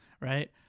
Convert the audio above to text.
Right